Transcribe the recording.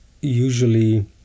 usually